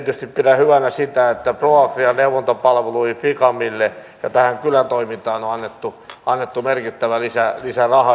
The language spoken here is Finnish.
erityisesti pidän hyvänä sitä että proagrian neuvontapalveluihin ficamille ja tähän kylätoimintaan on annettu merkittävä lisäraha